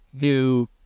new